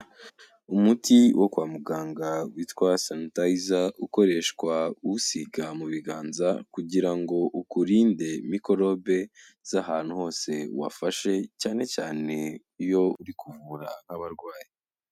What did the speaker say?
Umuti wo kwa muganga witwa sanitizer ukoreshwa uwusiga mu biganza kugira ngo ukurinde mikorobe z'ahantu hose wafashe, cyane cyane iyo uri kuvura nk'abarwayi.